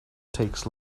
takes